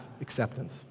acceptance